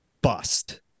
bust